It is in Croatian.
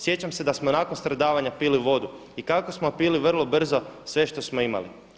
Sjećam se da smo nakon stradava pili vodu i kako smo pili vrlo brzo sve što smo imali.